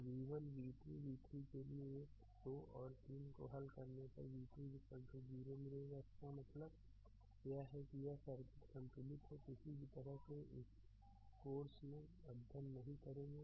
v1 v2 v3 के लिए एक 2 और 3 को हल करने पर v2 0 मिलेगा इसका मतलब यह है कि यह सर्किट संतुलित है किसी भी तरह से इस कोर्स में अध्ययन नहीं करेंगे